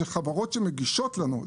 אלה חברות שמגישות לנו,